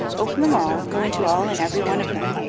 open them all go into all and every one of them,